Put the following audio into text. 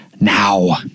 now